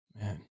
Man